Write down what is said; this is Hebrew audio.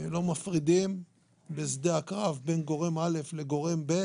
לא מפרידים בשדה הקרב בין גורם א' לגורם ב',